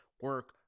Work